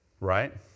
right